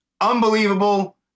unbelievable